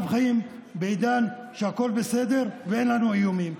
חיים בעידן שהכול בסדר ואין לנו איומים,